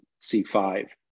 C5